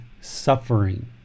suffering